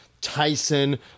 Tyson